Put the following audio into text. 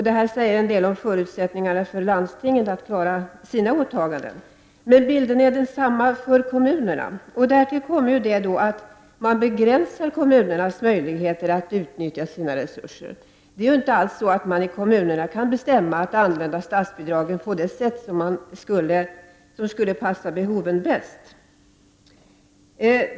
Detta säger en del om förutsättningarna för landstingen att klara sina åtaganden. Bilden är densamma för kommunerna. Därtill kommer att man begränsar kommunernas möjligheter att utnyttja sina resurser. Kommunerna kan inte bestämma att använda statsbidragen på det sätt som skulle passa behovet bäst.